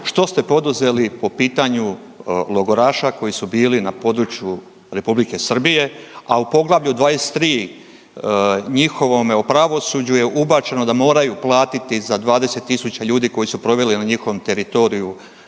što ste poduzeli po pitanju logoraša koji su bili na području Republike Srbije, a u Poglavlju 23. njihovome o pravosuđu je ubačeno da moraju platiti za 20.000 ljudi koji su proveli na njihovom teritoriju